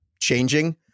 changing